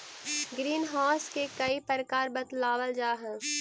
green house के कई प्रकार बतलावाल जा हई